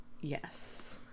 yes